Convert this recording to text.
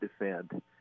defend